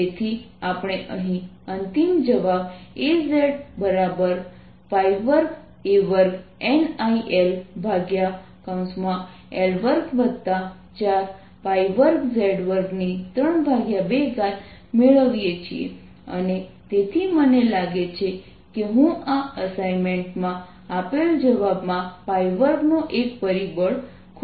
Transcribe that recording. તેથી આપણે અહીં અંતિમ જવાબ Azz2a2NILL242z232 મેળવીએ છીએ અને તેથી મને લાગે છે કે હું અસાઇનમેન્ટમાં આપેલા જવાબમાં 2નો એક પરિબળ ખૂટે છે